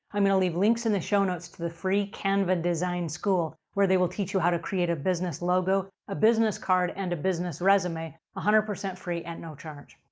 i'm going to leave links in the show notes to the free canva design school, where they will teach you how to create a business logo, a business card and a business resume, a hundred percent free, at no charge.